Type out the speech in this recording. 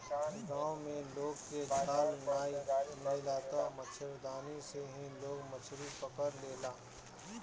गांव में लोग के जाल नाइ मिलेला तअ मछरदानी से ही लोग मछरी पकड़ लेला